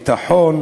ביטחון,